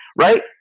right